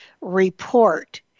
report